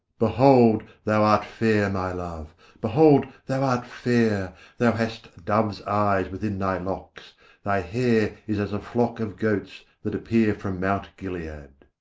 behold, thou art fair, my love behold, thou art fair thou hast doves' eyes within thy locks thy hair is as a flock of goats, that appear from mount gilead.